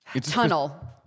tunnel